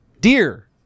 dear